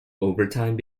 overtime